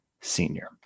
senior